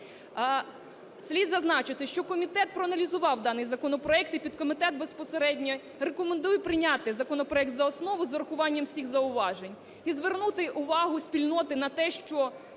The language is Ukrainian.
Слід зазначити, що комітет проаналізував даний законопроект, і підкомітет безпосередньо рекомендує прийняти законопроект за основу з урахуванням всіх зауважень і звернути увагу спільноти на те, що